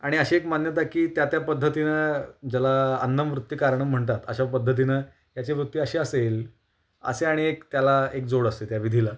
आणि अशी एक मान्यता आहे की त्या त्या पद्धतीनं ज्याला अन्नं वृत्तिकारणं म्हणतात अशा पद्धतीनं याची वृत्ती अशी असेल असे आणि एक त्याला एक जोड असते त्या विधीला